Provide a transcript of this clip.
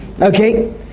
Okay